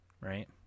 right